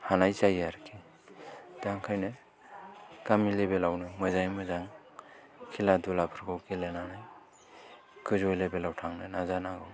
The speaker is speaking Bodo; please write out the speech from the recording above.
हानाय जायो आरोखि दा ओंखायनो गामि लेभेलावनो मोजाङै मोजां खेला दुलाफोरखौ गेलेनानै गोजौ लेभेलाव थांनो नाजानांगौ